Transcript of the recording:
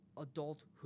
adulthood